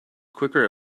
quicker